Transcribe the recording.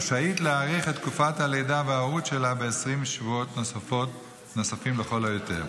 רשאית להאריך את תקופת הלידה וההורות שלה ב-20 שבועות נוספים לכל היותר.